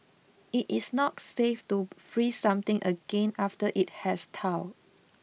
it is not safe to freeze something again after it has thawed